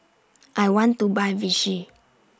I want to Buy Vichy